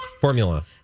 Formula